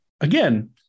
Again